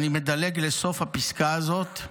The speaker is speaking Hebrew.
אני מדלג לסוף הפסקה הזאת.